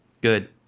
Good